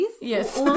Yes